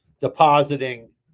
depositing